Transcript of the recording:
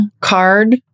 card